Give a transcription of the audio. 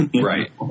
Right